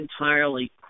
entirely